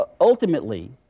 Ultimately